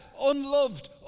unloved